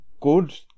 good